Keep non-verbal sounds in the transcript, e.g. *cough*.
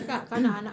*noise*